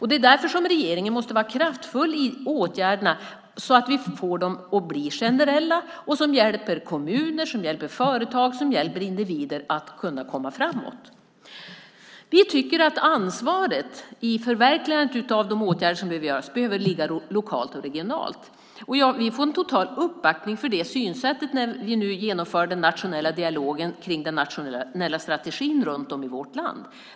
Det är därför som regeringen måste vidta kraftfulla generella åtgärder som hjälper kommuner, företag och individer att komma framåt. Vi tycker att ansvaret i förverkligandet av de åtgärder som nu vidtas behöver ligga lokalt och regionalt. Vi får en total uppbackning för det synsättet när vi nu genomför den nationella dialogen om den nationella strategin runt om i vårt land.